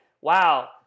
Wow